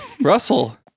Russell